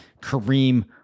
Kareem